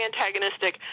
antagonistic